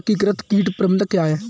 एकीकृत कीट प्रबंधन क्या है?